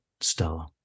stella